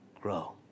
grow